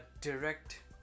direct